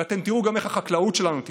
ואתם תראו גם איך החקלאות שלנו תפרח.